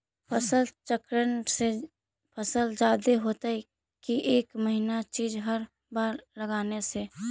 फसल चक्रन से फसल जादे होतै कि एक महिना चिज़ हर बार लगाने से?